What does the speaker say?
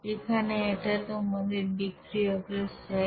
এখানে এটা তোমাদের বিক্রিয়কের সাইড